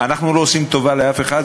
ואנחנו לא עושים טובה לאף אחד,